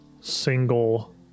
single